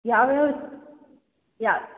ಯಾವ ಯಾವ ಯಾ